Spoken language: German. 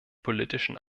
politischen